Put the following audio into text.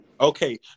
Okay